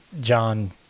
John